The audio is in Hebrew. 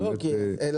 מקלב צודק.